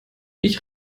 ich